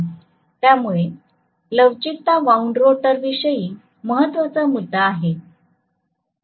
त्यामुळे लवचिकता wound rotor विषयी महत्त्वाचा मुद्दा आहे